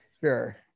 Sure